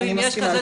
אני מסכימה.